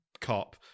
cop